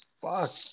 Fuck